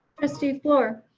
trustee fluor.